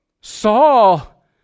Saul